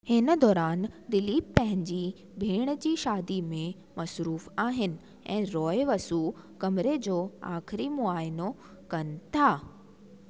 हिन दौरान दिलीप पंहिंजी भेण जी शादी में मसरूफ़ आहिनि ऐं रॉय वसु कमरे जो आख़िरी मुआइनो कनि था